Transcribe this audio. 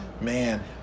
man